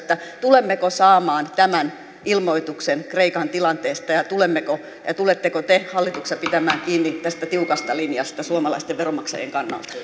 tulemmeko saamaan tämän ilmoituksen kreikan tilanteesta ja tuletteko te hallituksessa pitämään kiinni tästä tiukasta linjasta suomalaisten veronmaksajien kannalta arvoisa